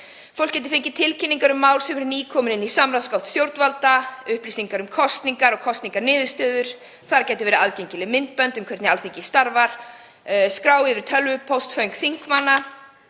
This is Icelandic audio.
Fólk gæti fengið tilkynningar um mál sem væru nýkomin inn í samráðsgátt stjórnvalda, upplýsingar um kosningar og kosninganiðurstöður. Þar gætu verið aðgengileg myndbönd um hvernig Alþingi starfar, skrá yfir tölvupóstföng þingmanna